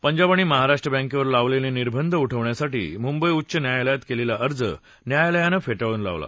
पंजाब आणि महाराष्ट्र बॅंकेवर लावलेले निर्बंध उठवण्यासाठी मुंबई उच्च न्यायालयात केलेला अर्ज न्यायालयालानं फेटाळून लावला